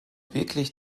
wirklich